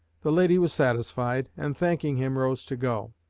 the lady was satisfied, and, thanking him, rose to go.